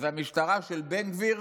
אז המשטרה של בן גביר